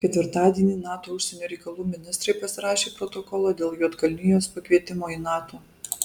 ketvirtadienį nato užsienio reikalų ministrai pasirašė protokolą dėl juodkalnijos pakvietimo į nato